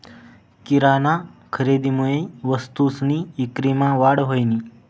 किराना खरेदीमुये वस्तूसनी ईक्रीमा वाढ व्हयनी